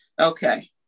Okay